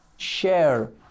share